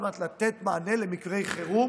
על מנת לתת מענה למקרי חירום